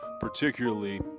particularly